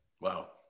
Wow